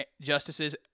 justices